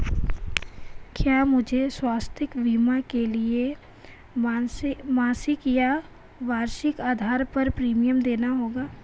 क्या मुझे स्वास्थ्य बीमा के लिए मासिक या वार्षिक आधार पर प्रीमियम देना होगा?